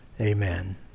Amen